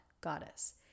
goddess